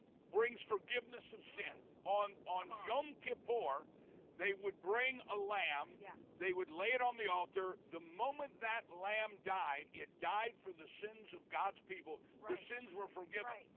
brings forgiveness of sin. on on yom kippur they would bring a lamb, yeah. they would lay it on the altar, the moment that lamb died, it died for the sins of god's people, their sins were forgiven.